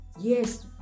yes